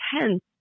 intense